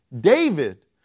David